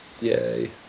Yay